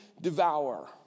devour